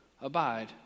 Abide